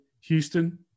Houston